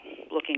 looking